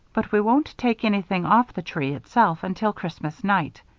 but we won't take anything off the tree itself until christmas night.